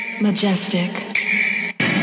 majestic